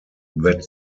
that